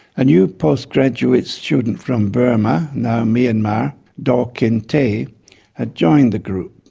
a new postgraduate student from burma, now myanmar, daw khin htay had joined the group.